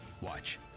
Watch